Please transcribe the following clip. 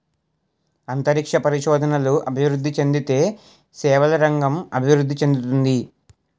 అంతరిక్ష పరిశోధనలు అభివృద్ధి చెందితే సేవల రంగం అభివృద్ధి చెందుతుంది